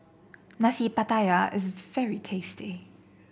Nasi Pattaya is very tasty